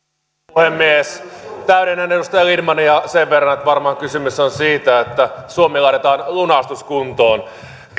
puhemies täydennän edustaja lindtmania sen verran että varmaan kysymys on siitä että suomi laitetaan lunastuskuntoon